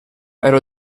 ero